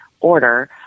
order